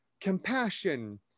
compassion